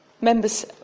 members